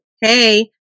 Hey